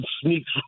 sneaks